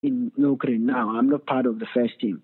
אוקראינה, אני לא חלק מהקבוצה הראשונה.